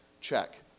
Check